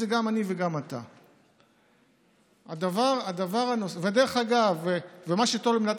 דודי, הרבה דברים, וכמו שאתה רואה את